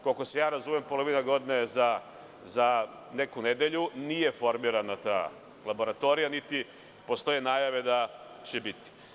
Koliko se ja razumem, polovina godine je za neku nedelju, a nije formirana ta laboratorija, niti postoje najave da će biti.